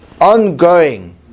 ongoing